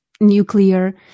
nuclear